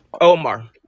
Omar